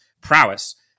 prowess